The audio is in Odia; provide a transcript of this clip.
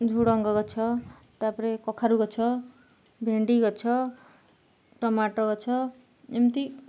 ଝୁଡ଼ଙ୍ଗ ଗଛ ତା'ପରେ କଖାରୁ ଗଛ ଭେଣ୍ଡି ଗଛ ଟମାଟୋ ଗଛ ଏମିତି